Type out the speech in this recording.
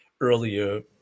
earlier